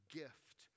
gift